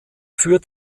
führt